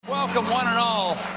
welcome one and all,